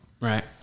Right